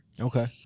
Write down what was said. Okay